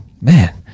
man